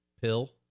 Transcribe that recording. pill